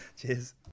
Cheers